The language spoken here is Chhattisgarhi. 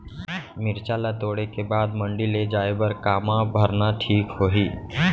मिरचा ला तोड़े के बाद मंडी ले जाए बर का मा भरना ठीक होही?